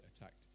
attacked